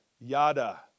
yada